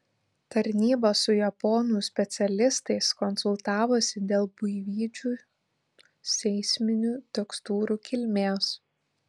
tarnyba su japonų specialistais konsultavosi dėl buivydžių seisminių tekstūrų kilmės